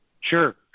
Sure